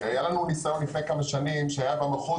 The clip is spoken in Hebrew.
היה לנו ניסיון לפני כמה שנים שהיה במחוז